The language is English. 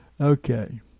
Okay